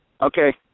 Okay